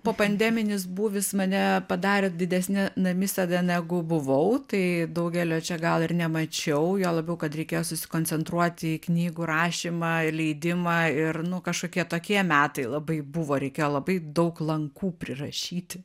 popandeminis būvis mane padarė didesne namisėda negu buvau tai daugelio čia gal ir nemačiau juo labiau kad reikėjo susikoncentruoti į knygų rašymą leidimą ir nu kažkokie tokie metai labai buvo reikėjo labai daug lankų prirašyti